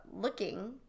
looking